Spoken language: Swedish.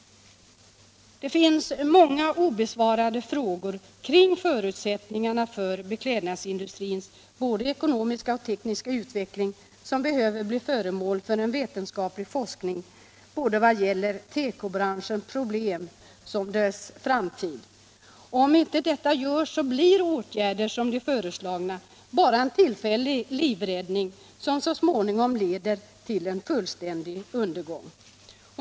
Det finns många obesvarade frågor kring förutsättningarna för beklädnadsindustrins både ekonomiska och tekniska utveckling som behöver bli föremål för en vetenskaplig forskning, både vad gäller tekobranschens problem och dess framtid. Om inte detta görs blir åtgärder som de föreslagna bara en tillfällig livräddning som så småningom leder till fullständig undergång.